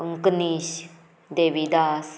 Ankanish Devidas